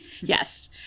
Yes